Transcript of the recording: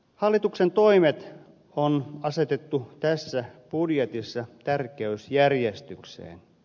hallituksen toimet on asetettu tässä budjetissa tärkeysjärjestykseen